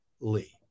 Lee